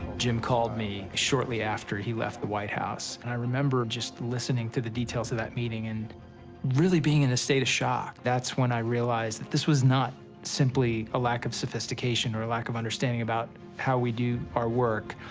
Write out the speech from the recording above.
jim called me shortly after he left the white house. and i remember just listening to the details of that meeting and really being in a state of shock. that's when i realized that this wasn't simply a lack of sophistication or a lack of understanding about how we do our work.